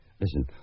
Listen